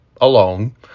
alone